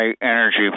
energy